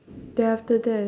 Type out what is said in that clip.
then after that